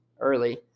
early